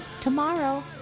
Tomorrow